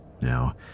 Now